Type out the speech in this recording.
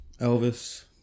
Elvis